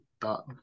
thought